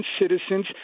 citizens